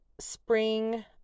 spring